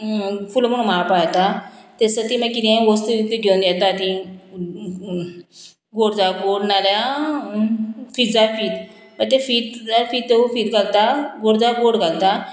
फुलां म्हण माळपा येता ते दिसा ती मागीर किदेंय वस्तू दिता ती घेवन येता ती गोड जा गोड ना जाल्यार फीत जा फीत मागीर तें फीत जाल्यार फीत फीत घालता गोड जा गोड घालता